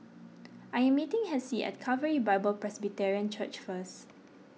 I am meeting Hessie at Calvary Bible Presbyterian Church first